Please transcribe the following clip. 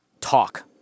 talk